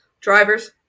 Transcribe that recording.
drivers